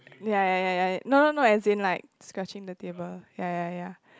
ya ya ya ya no no no as in like scratching the table ya ya ya